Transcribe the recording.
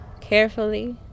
carefully